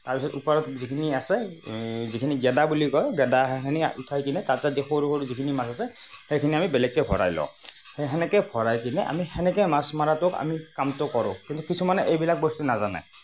তাৰপাছত ওপৰত যিখিনি আছে যিখিনি গেদা বুলি কয় গেদাখিনি উঠাই কিনে তাতে যি সৰু সৰু যিখিনি মাছ আছে সেইখিনি আমি বেলেগকে ভৰাই লওঁ তেনেকৈ ভৰাই কিনে আমি তেনেকৈ মাছ মাৰাটো আমি কামটো কৰোঁ কিন্তু কিছুমানে এইবিলাক বস্তু নাজানে